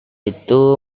itu